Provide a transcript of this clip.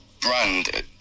brand